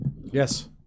Yes